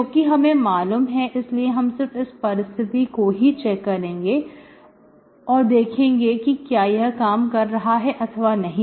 क्योंकि हमें मालूम है इसलिए हम सिर्फ इस परिस्थिति को ही चेक करेंगे और देखेंगे कि क्या यह काम कर रहा है अथवा नहीं